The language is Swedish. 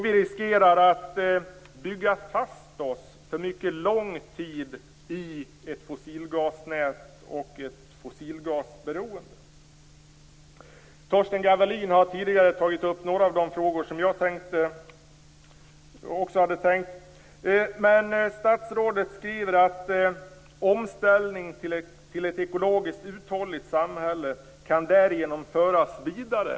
Vi riskerar att bygga fast oss för mycket lång tid i ett fossilgasnät och ett fossilgasberoende. Torsten Gavelin har tagit upp några av de frågor som jag hade tänkt ta upp. Men statsrådet skriver att omställningen "till ett ekologiskt uthålligt samhälle kan därigenom föras vidare".